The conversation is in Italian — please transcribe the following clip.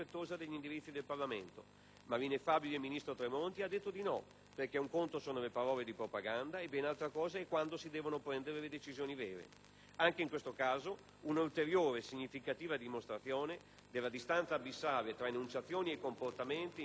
Ma l'ineffabile ministro Tremonti ha detto di no, perché un conto sono le parole di propaganda, ben altra cosa è quando si prendono le decisioni vere. Anche in questo caso, un'ulteriore significativa dimostrazione della distanza abissale tra enunciazioni e comportamenti, in cui si distingue questo Governo,